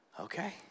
Okay